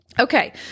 Okay